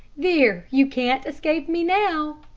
there you can't escape me now.